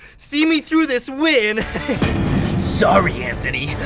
see me through this win! ian sorry, anthony,